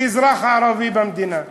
כאזרח ערבי במדינה,